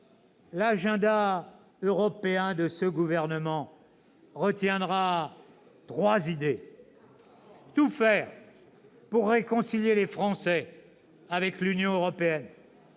L'agenda européen de ce gouvernement tient en trois idées. « Premièrement, tout faire pour réconcilier les Français avec l'Union européenne.